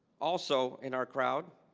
also in our crowd,